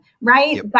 right